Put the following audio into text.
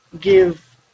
give